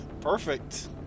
Perfect